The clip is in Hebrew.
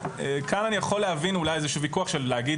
כאן אני יכול להבין אולי איזשהו ויכוח להגיד